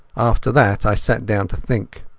after that i sat down to think.